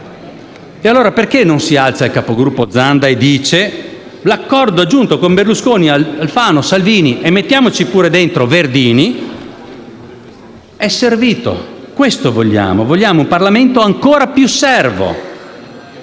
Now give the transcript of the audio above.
Dunque, perché non si alza il capogruppo Zanda e non dice che l'accordo, raggiunto con Berlusconi, Alfano e Salvini (e mettiamoci pure dentro Verdini), è servito, perché è questo ciò che vogliamo: un Parlamento ancora più servo!